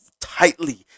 tightly